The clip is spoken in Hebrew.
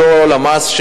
אותה למ"ס,